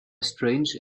strange